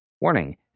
Warning